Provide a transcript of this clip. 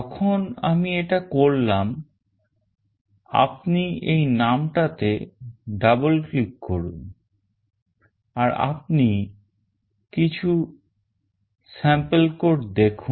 যখন আমি এটা করলাম আপনি এই নামটাতে double click করুন আর আপনি কিছু sample code দেখুন